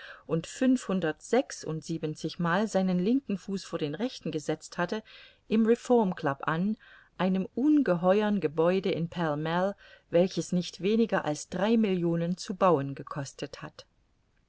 den linken und fünfhundertsechsundsiebenzigmal seinen linken fuß vor den rechten gesetzt hatte im reformclub an einem ungeheuern gebäude in pall mall welches nicht weniger als drei millionen zu bauen gekostet hat